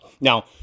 Now